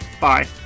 Bye